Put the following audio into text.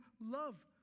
love